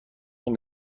نمی